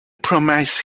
promised